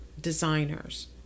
designers